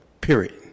period